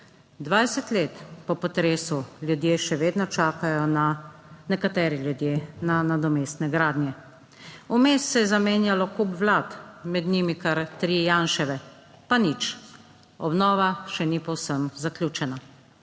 20 let po potresu ljudje še vedno čakajo na, nekateri ljudje, na nadomestne gradnje. Vmes se je zamenjalo kup vlad, med njimi kar tri Janševe, pa nič. Obnova še ni povsem zaključena.